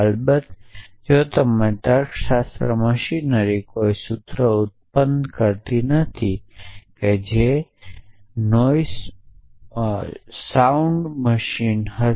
અલબત્ત જો તમારી તર્કશાસ્ત્ર મશીનરી કોઈ સૂત્રો ઉત્પન્ન કરતી નથી જે ધ્વનિ મશીન હશે